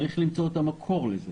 צריך למצוא את המקור לזה.